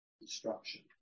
destruction